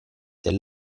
del